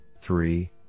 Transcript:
Three